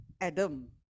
Adam